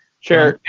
chair?